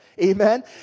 Amen